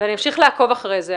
אני אמשיך לעקוב אחרי זה.